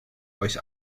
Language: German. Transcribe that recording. euch